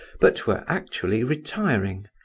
but were actually retiring.